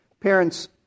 Parents